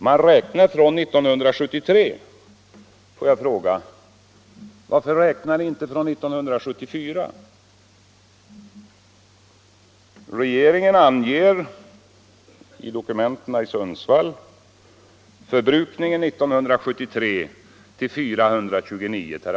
Man räknar från år 1973, men varför räknar ni inte från 1974? Regeringen anger, att döma av dokumenten från Sundsvall, förbrukningen år 1973 till 429 TWh.